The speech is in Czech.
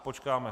Počkáme.